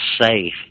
safe